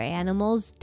animals